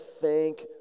thank